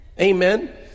Amen